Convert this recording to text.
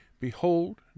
Behold